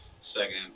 second